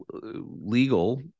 legal